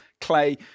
clay